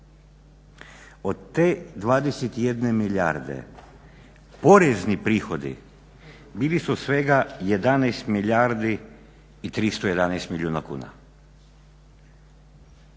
Od te 21 milijarde porezni prihodi bili su svega 11 milijardi i 311 milijuna kuna.